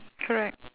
correct